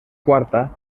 quarta